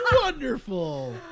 Wonderful